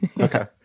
Okay